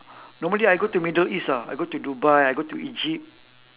normally I go to middle east ah I go to dubai I go to egypt